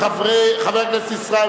חבר הכנסת טיבייב,